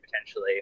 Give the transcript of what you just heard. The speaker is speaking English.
potentially